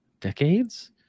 decades